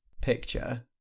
picture